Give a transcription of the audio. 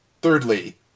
Thirdly